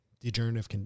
degenerative